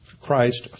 Christ